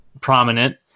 prominent